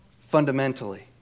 fundamentally